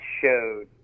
showed –